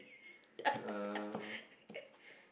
uh